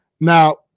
Now